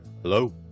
Hello